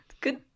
good